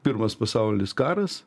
pirmas pasaulinis karas